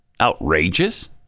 outrageous